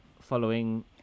following